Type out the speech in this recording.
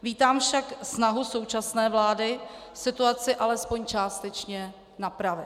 Vítám však snahu současné vlády situaci alespoň částečně napravit.